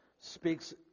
speaks